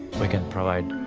we can provide